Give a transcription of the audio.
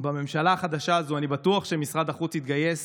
בממשלה החדשה הזאת, אני בטוח שמשרד החוץ יתגייס